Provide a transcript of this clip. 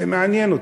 זה מעניין אותי.